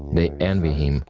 they envy him,